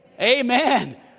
Amen